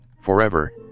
Forever